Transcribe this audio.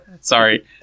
Sorry